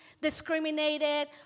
discriminated